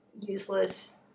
useless